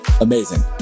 Amazing